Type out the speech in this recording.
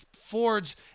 Ford's